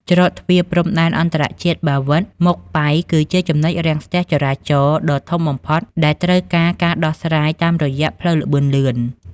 ច្រកទ្វារព្រំដែនអន្តរជាតិបាវិត-ម៉ុកបៃ គឺជាចំណុចរាំងស្ទះចរាចរណ៍ដ៏ធំបំផុតដែលត្រូវការការដោះស្រាយតាមរយៈផ្លូវល្បឿនលឿន។